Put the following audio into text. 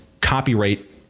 copyright